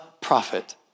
prophet